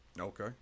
okay